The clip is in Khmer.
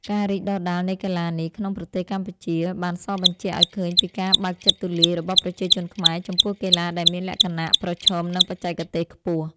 ការរីកដុះដាលនៃកីឡានេះក្នុងប្រទេសកម្ពុជា បានសបញ្ជាក់ឱ្យឃើញពីការបើកចិត្តទូលាយរបស់ប្រជាជនខ្មែរចំពោះកីឡាដែលមានលក្ខណៈប្រឈម និងបច្ចេកទេសខ្ពស់។